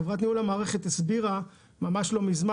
חברת ניהול המערכת הסבירה ממש לא מזמן